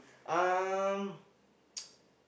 um